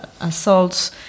assaults